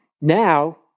Now